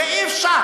זה בלתי אפשרי.